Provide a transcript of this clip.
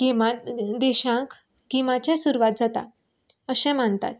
गिमात देशांक गिमाचें सुरवात जाता अशें मानतात